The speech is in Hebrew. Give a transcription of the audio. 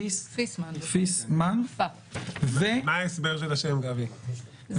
ועורכת הדין עירית ויסבלום מהלשכה המשפטית של רשות האוכלוסין.